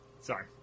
Sorry